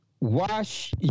Wash